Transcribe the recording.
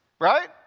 Right